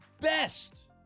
best